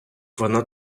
вона